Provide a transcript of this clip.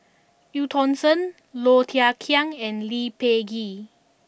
Eu Tong Sen Low Thia Khiang and Lee Peh Gee